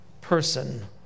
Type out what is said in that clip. person